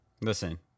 Listen